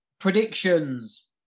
predictions